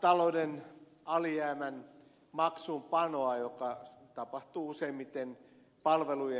talouden alijäämän maksuunpanoa joka tapahtuu useimmiten palvelujen kustannuksella